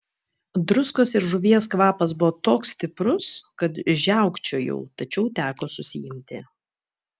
druskos ir žuvies kvapas buvo toks stiprus kad žiaukčiojau tačiau teko susiimti